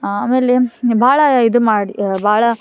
ಆಮೇಲೆ ಭಾಳ ಇದು ಮಾಡಿ ಭಾಳ